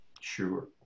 Sure